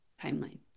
timeline